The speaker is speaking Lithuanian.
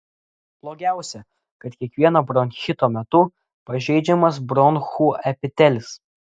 blogiausia kad kiekvieno bronchito metu pažeidžiamas bronchų epitelis